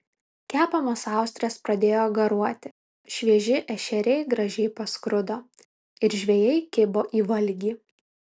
kepamos austrės pradėjo garuoti švieži ešeriai gražiai paskrudo ir žvejai kibo į valgį